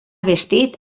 vestit